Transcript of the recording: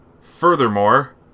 furthermore